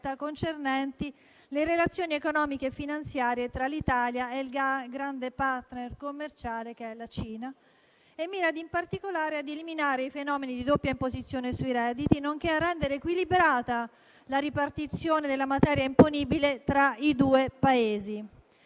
concernenti le relazioni economiche e finanziarie tra l'Italia e il grande *partner* commerciale, la Cina. Mira, in particolare, a eliminare i fenomeni di doppia imposizione sui redditi, nonché a rendere equilibrata la ripartizione della materia imponibile tra i due Paesi.